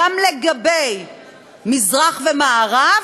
גם לגבי מזרח ומערב,